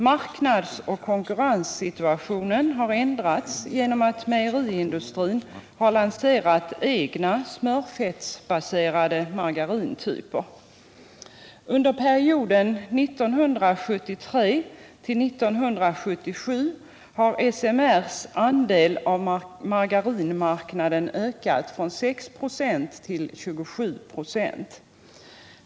Marknadsoch konkurrenssituationen har ändrats genom att mejeriindustrin har lanserat egna smörfettsbaserade margarintyper. Under perioden 1973-1977 har Svenska mejeriernas riksförbunds andel av margarinmarknaden ökat från 6 96 till 27 26.